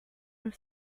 her